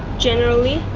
generally?